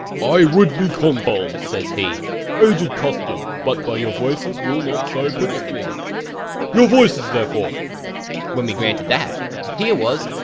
i would be consul says he aged custom but by your voices, will not so permit me your voices therefore when we granted that, here was,